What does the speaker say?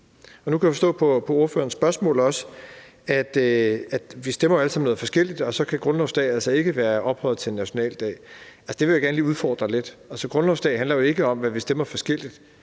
Nu kan jeg også forstå på ordførerens spørgsmål, at vi jo alle sammen stemmer noget forskelligt, og så kan grundlovsdag ikke blive ophøjet til nationaldag. Altså, det vil jeg gerne lige udfordre lidt. Grundlovsdag handler jo ikke om, at vi stemmer forskelligt;